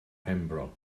penfro